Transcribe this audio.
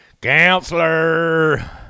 counselor